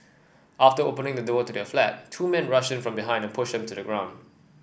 after opening the door to their flat two men rushed in from behind pushed them to the ground